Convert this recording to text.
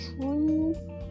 true